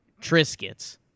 Triscuits